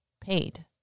paid